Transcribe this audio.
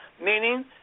meaning